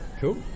cool